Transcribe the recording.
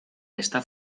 está